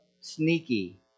sneaky